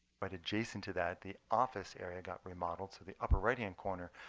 but adjacent to that, the office area got remodeled. to the upper right hand corner,